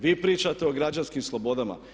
Vi pričate o građanskim slobodama.